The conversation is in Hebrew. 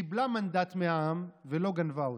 שקיבלה מנדט מהעם ולא גנבה אותו.